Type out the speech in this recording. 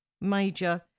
major